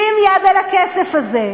שים יד על הכסף הזה,